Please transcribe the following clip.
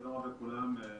שלום לכולם,